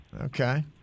Okay